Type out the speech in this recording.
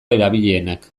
erabilienak